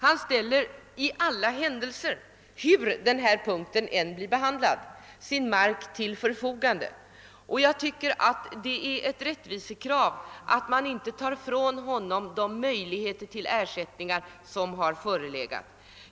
Han ställer i alla händelser — hur denna punkt än blir behandlad — sin mark till förfogande. Jag tycker att det är ett rättvisekrav att man inte tar ifrån honom de möjligheter till ersättning som har förelegat.